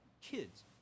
kids